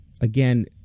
again